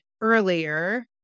earlier